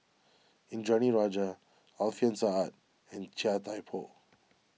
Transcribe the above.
Indranee Rajah Alfian Sa'At and Chia Thye Poh